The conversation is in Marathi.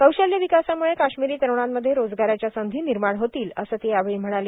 कौशल्य विकासाम्ळे काश्मीरी तरूणांमध्ये रोजगाराच्या संधी निर्माण होतील असं ते यावेळी म्हणाले